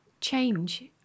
change